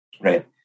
right